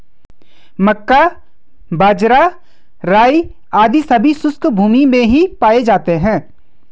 मक्का, बाजरा, राई आदि सभी शुष्क भूमी में ही पाए जाते हैं